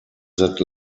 that